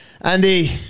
Andy